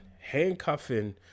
handcuffing